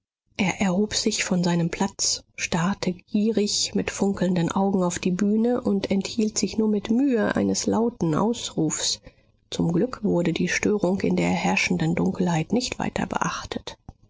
er erhob sich von seinem platz starrte gierig mit funkelnden augen auf die bühne und enthielt sich nur mit mühe eines lauten ausrufs zum glück wurde die störung in der herrschenden dunkelheit nicht weiter beachtet